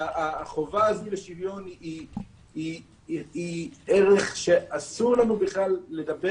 החובה הזו לשוויון היא ערך שאסור לנו לדבר